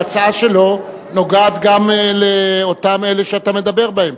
ההצעה שלו נוגעת גם לאותם אלה שאתה מדבר בהם.